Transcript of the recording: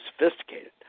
sophisticated